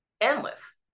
endless